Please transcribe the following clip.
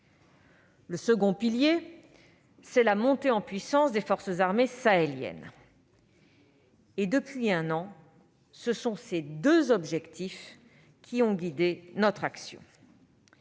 Le second pilier, c'est la montée en puissance des forces armées sahéliennes. Depuis un an, ce sont ces deux objectifs qui ont guidé notre action.